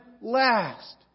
last